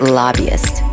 lobbyist